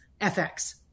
FX